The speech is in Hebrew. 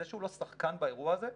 זה שהוא לא שחקן באירוע הזה,